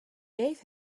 gave